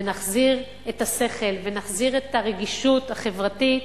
ונחזיר את השכל, ונחזיר את הרגישות החברתית,